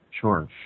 Sure